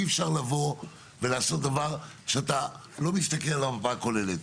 אי אפשר לבוא ולעשות דבר כשאתה לא מסתכל על המפה הכוללת.